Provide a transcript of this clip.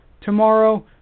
tomorrow